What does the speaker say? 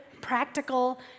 practical